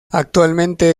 actualmente